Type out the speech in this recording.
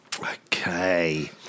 Okay